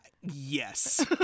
Yes